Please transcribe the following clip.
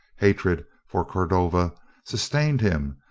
hatred for cordova sustained him,